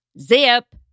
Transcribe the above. Zip